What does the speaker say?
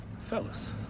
Fellas